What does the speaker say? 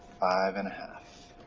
five-and-a-half.